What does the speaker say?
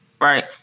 Right